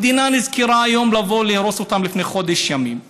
המדינה נזכרה לבוא להרוס אותם לפני חודש ימים,